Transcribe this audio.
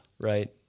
right